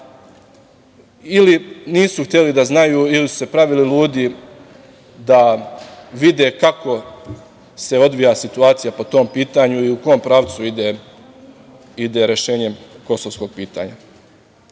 ili nisu hteli da znaju ili su se pravili ludi da vide kako se odvija situacija po tom pitanju i u kom pravcu ide rešenje kosovskog pitanja. Imali